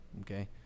okay